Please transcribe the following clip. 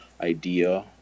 idea